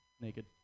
Naked